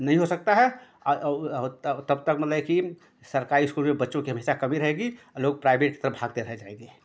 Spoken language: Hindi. नहीं हो सकता है और तब तक मतलब कि सरकारी इस्कूल में बच्चों की हमेशा कमी रहेगी और लोग प्राइवेट की तरफ भागते रहे जाएंगे